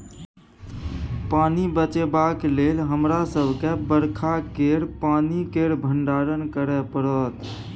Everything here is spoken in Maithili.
पानि बचेबाक लेल हमरा सबके बरखा केर पानि केर भंडारण करय परत